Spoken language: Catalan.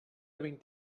vint